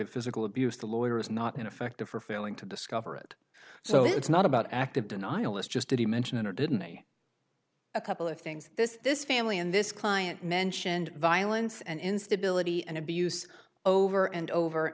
of physical abuse the lawyer is not in effect a for failing to discover it so it's not about active denial is just did he mention it or didn't a couple of things this this family and this client mentioned violence and instability and abuse over and over